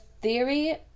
theory